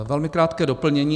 Velmi krátké doplnění.